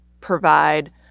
provide